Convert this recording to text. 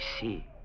see